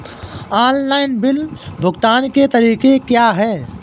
Online bill भुगतान के तरीके क्या हैं?